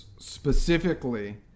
Specifically